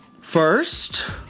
first